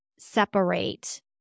separate